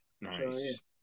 Nice